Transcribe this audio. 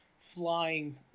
flying